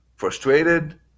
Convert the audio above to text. frustrated